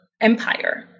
empire